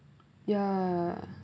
yeah